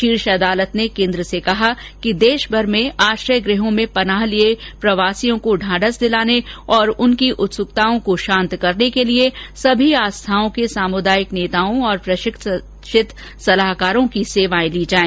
शीर्ष अदालत ने केन्द्र से कहा कि देशभर में आश्रय गृहों में पनाह लिए प्रवासियों को ढांढस दिलाने और उनकी उत्सुकताओं को शांत करने के लिए सभी आस्थाओं के सामुदायिक नेताओं और प्रशिक्षित सलाहकारों की सेवाएं र्ली जाए